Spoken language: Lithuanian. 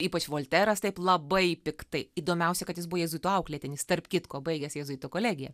ypač volteras taip labai piktai įdomiausia kad jis buvo jėzuitų auklėtinis tarp kitko baigęs jėzuitų kolegiją